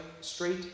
straight